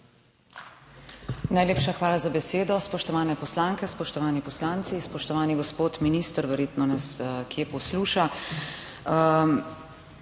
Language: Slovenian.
Najlepša hvala za besedo. Spoštovane poslanke, spoštovani poslanci, spoštovani gospod minister, verjetno nas kje posluša.